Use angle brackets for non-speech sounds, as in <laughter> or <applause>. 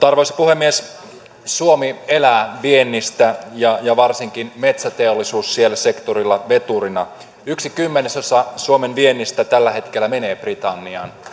<unintelligible> arvoisa puhemies suomi elää viennistä ja varsinkin metsäteollisuus on siellä sektorilla veturina yksi kymmenesosa suomen viennistä tällä hetkellä menee britanniaan